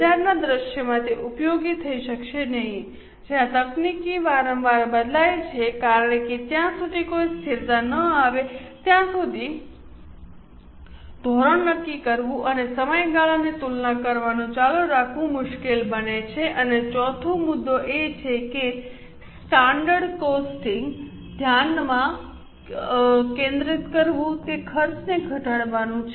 બજારના દૃશ્યમાં તે ઉપયોગી થઈ શકશે નહીં જ્યાં તકનીકી વારંવાર બદલાય છે કારણ કે ત્યાં સુધી કોઈ સ્થિરતા ન આવે ત્યાં સુધી ધોરણ નક્કી કરવું અને સમયગાળાની તુલના કરવાનું ચાલુ રાખવું મુશ્કેલ બને છે અને ચોથું મુદ્દો એ છે કે સ્ટાન્ડર્ડ કોસ્ટિંગમાં ધ્યાન કેન્દ્રિત કરવું તે ખર્ચને ઘટાડવાનું છે